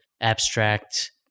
abstract